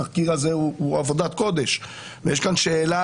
התחקיר הזה הוא עבודת קודש ויש כאן שאלות